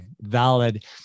valid